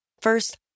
First